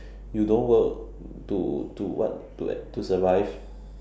you don't work to to what to to survive